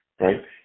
right